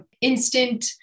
instant